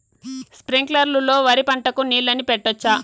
స్ప్రింక్లర్లు లో వరి పంటకు నీళ్ళని పెట్టొచ్చా?